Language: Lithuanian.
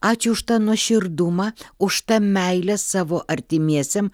ačiū už tą nuoširdumą už tą meilę savo artimiesiem